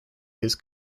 his